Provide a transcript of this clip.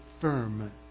firm